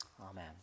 Amen